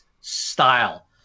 style